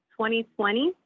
2020